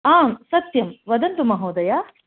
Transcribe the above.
आम् सत्यं वदतु महोदय